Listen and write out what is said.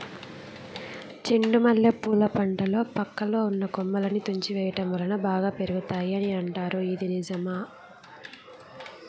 చెండు మల్లె పూల పంటలో పక్కలో ఉన్న కొమ్మలని తుంచి వేయటం వలన బాగా పెరుగుతాయి అని అంటారు ఇది నిజమా?